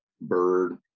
bird